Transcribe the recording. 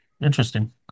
interesting